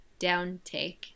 downtake